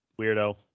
weirdo